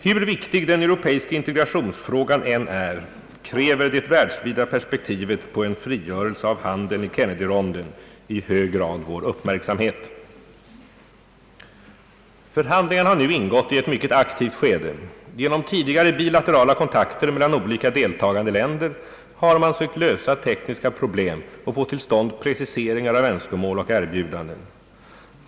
Hur viktig den europeiska integrationsfrågan än är, kräver det världsvida perspektivet på en frigörelse av handeln i Kennedyronden i hög grad vår uppmärksamhet. Förhandlingarna har nu ingått i ett mycket aktivt skede. Genom tidigare bilaterala kontakter mellan olika deltagande länder har man sökt lösa tekniska problem och få till stånd preciseringar av önskemål och erbjudanden.